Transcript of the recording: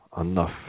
Enough